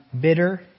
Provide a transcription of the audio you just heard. bitter